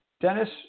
Dennis